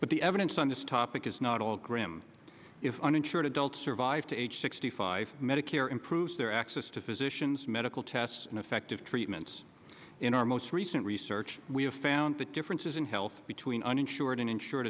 but the evidence on this topic is not all grim if uninsured adults survive to age sixty five medicare improves their access to physicians medical tests and effective treatments in our most recent research we have found that differences in health between uninsured and insured